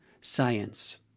science